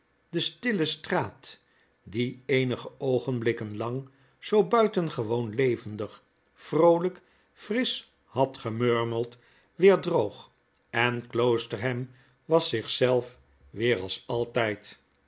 de stille straat die eenige oogenblikken lang zoo buitengewoon levendig vrooiflk msch had gemurmeld weer droog en kloosterham was zich zelf weer als altfid